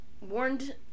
warned